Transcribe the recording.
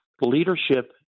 leadership